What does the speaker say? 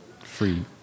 free